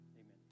Amen